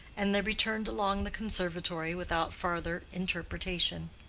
and they returned along the conservatory without farther interpretation.